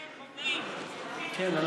כן,